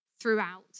throughout